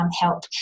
help